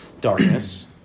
darkness